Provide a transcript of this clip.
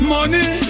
Money